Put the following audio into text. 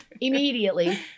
immediately